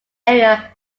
area